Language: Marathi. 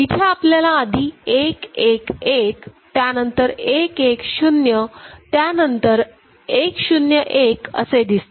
इथे आपल्याला आधी 1 1 1 त्यानंतर 1 1 0 त्यानंतर 1 0 1 असे दिसते